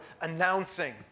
announcing